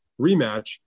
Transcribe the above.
rematch